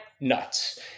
nuts